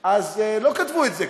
אז לא כתבו את זה,